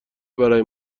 برای